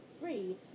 free